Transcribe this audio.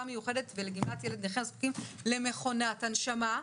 מיוחדת ולגמלת ילד נכה הזקוקים למכונת הנשמה,